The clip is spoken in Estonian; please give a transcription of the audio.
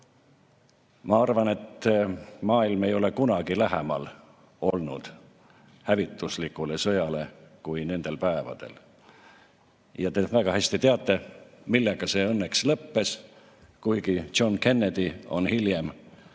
Ma arvan, et maailm ei ole kunagi olnud hävituslikule sõjale lähemal kui nendel päevadel. Ja te teate väga hästi, millega see õnneks lõppes. Kuigi John Kennedy on hiljem